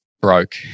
broke